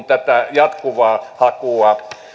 jatkuvaa hakua